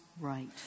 right